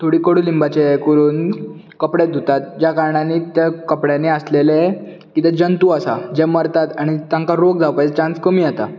थोडी कडू लिंबाचें हें करून कपडे धुतात ज्या कारणान त्या कपड्यांनी आसलले कितें जंतू आसात जे मरतात आनी तांकां रोग जावपाचे चान्स कमी आता